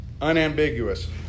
unambiguous